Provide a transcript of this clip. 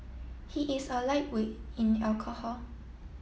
he is a lightweight in alcohol